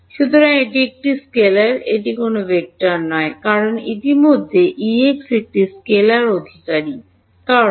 সুতরাং এটি একটি স্কেলার এটি কোনও ভেক্টর নয় কারণ ইতিমধ্যে Ex একটি স্কেলার অধিকারী কারণ